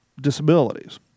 disabilities